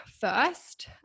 first